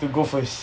to go first